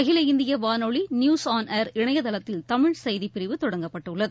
அகில இந்திய வானொலி நியூஸ் ஆன் ஏர் இணையதளத்தில் தமிழ் செய்திப்பிரிவு தொடங்கப்பட்டுள்ளது